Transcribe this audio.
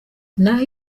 naho